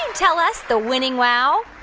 tell us the winning wow?